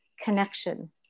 connection